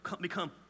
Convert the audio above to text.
become